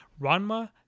Ranma